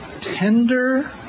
tender